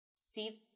See